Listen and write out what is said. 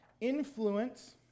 Influence